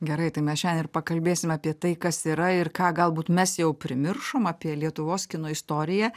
gerai tai mes šiandien ir pakalbėsime apie tai kas yra ir ką galbūt mes jau primiršom apie lietuvos kino istoriją